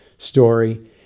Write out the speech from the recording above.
story